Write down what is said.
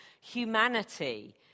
humanity